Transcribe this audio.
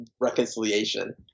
reconciliation